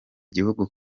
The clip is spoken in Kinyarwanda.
gihugu